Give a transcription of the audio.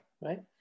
right